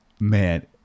man